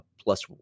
plus